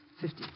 fifty